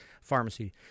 pharmacy